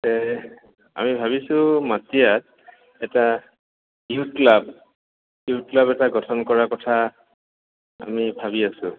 আমি ভাবিছোঁ মাটিয়াত এটা ইউথ ক্লাব ইউথ ক্লাব এটা গঠন কৰাৰ কথা আমি ভাবি আছোঁ